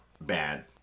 bad